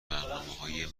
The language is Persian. برنامههای